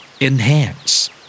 Enhance